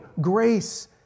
grace